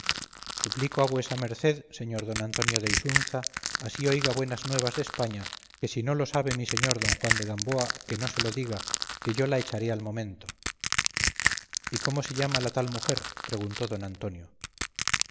suplico a vuesa merced señor don antonio de isunza así oiga buenas nuevas de españa que si no lo sabe mi señor don juan de gamboa que no se lo diga que yo la echaré al momento y cómo se llama la tal mujer preguntó don antonio